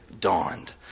dawned